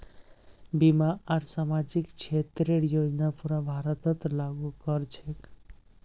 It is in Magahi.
बीमा आर सामाजिक क्षेतरेर योजना पूरा भारतत लागू क र छेक